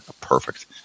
perfect